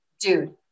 dude